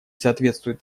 соответствует